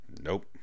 Nope